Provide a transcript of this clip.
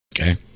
Okay